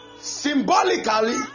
symbolically